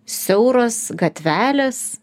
siauros gatvelės